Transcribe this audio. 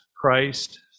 Christ